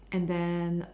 and then